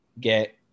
get